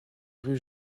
rue